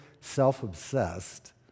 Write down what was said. self-obsessed